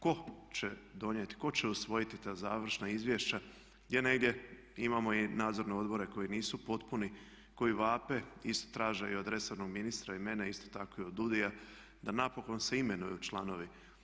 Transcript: Ko će donijeti, ko će usvojiti ta završna izvješća gdje negdje imamo i nadzorne odbore koji nisu potpuni, koji vape isto traže i od resornog ministra i mene, isto tako i od DUUDI-a da napokon se imenuju članovi.